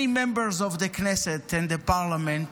members of the Knesset in the parliament,